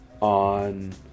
on